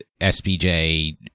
SBJ